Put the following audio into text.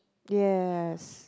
yes